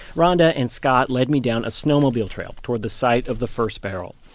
ronda and scott led me down a snowmobile trail toward the site of the first barrel.